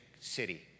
city